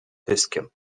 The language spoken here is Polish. pyskiem